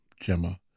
Gemma